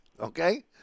Okay